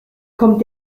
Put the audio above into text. kommt